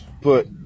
Put